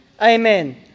amen